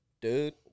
dude